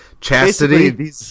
chastity